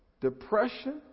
depression